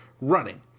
running